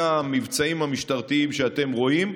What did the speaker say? אלה המבצעים המשטרתיים שאתם רואים.